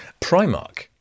Primark